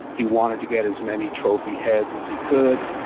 he wanted to get as many trophy heads as he could,